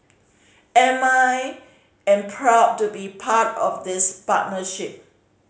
and I am proud to be part of this partnership